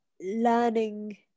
learning